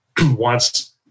wants